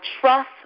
trust